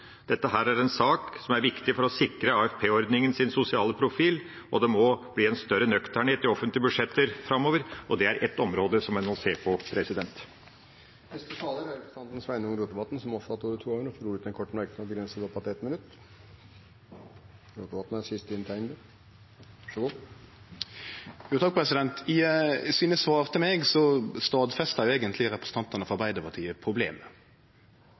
er en sak som er viktig for å sikre AFP-ordningens sosiale profil. Det må bli en større nøkternhet i offentlige budsjetter framover, og det er ett område som en må se på. Representanten Sveinung Rotevatn har hatt ordet to ganger tidligere og får ordet til en kort merknad, begrenset til 1 minutt. I svara sine til meg stadfesta representantane frå Arbeidarpartiet eigentleg eit problem. Eg utfordra dei på: Er